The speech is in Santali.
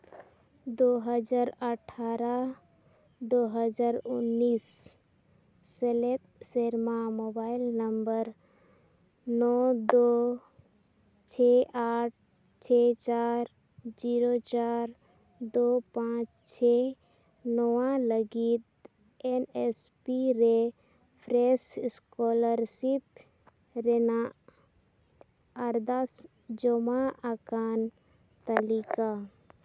ᱫᱩ ᱦᱟᱡᱟᱨ ᱟᱴᱷᱨᱚ ᱫᱩ ᱦᱟᱡᱟᱨ ᱩᱱᱤᱥ ᱥᱮᱞᱮᱫ ᱥᱮᱨᱢᱟ ᱢᱳᱵᱟᱭᱤᱞ ᱱᱟᱢᱵᱟᱨ ᱱᱚ ᱫᱚ ᱪᱷᱮ ᱟᱴ ᱪᱷᱮᱭ ᱪᱟᱨ ᱡᱤᱨᱳ ᱪᱟᱨ ᱫᱩ ᱯᱟᱸᱪ ᱪᱷᱮᱭ ᱱᱚᱣᱟ ᱞᱟᱹᱜᱤᱫ ᱮᱱ ᱮᱥ ᱯᱤ ᱨᱮ ᱯᱷᱨᱮ ᱥ ᱥᱠᱚᱞᱟᱨᱥᱤᱯ ᱨᱮᱱᱟᱜ ᱟᱨᱫᱟᱥ ᱡᱚᱢᱟ ᱟᱠᱟᱱ ᱛᱟᱹᱞᱤᱠᱟ